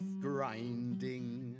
grinding